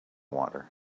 water